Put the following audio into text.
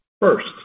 First